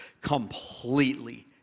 completely